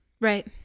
right